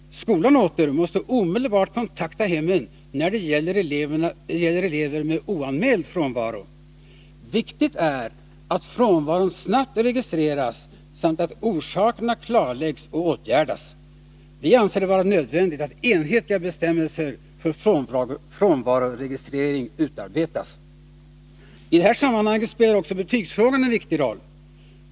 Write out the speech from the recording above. Skolan åter måste omedelbart kontakta hemmen när det gäller elever med oanmäld frånvaro. Viktigt är att frånvaron snabbt registeras samt att orsakerna klarläggs och åtgärdas. Vi anser det vara nödvändigt att enhetliga bestämmelser för frånvaroregistrering utarbetas. I det här sammanhanget spelar också betygsfrågan en viktig roll.